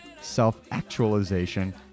self-actualization